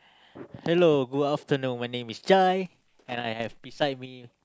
hello good afternoon my name is Chai and I have beside me